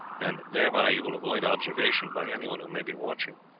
and thereby you will avoid observation by anyone who may be watching.